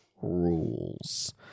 rules